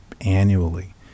annually